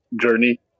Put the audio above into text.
journey